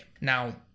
Now